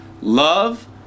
Love